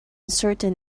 certain